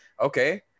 okay